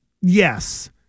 Yes